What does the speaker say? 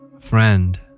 friend